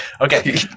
Okay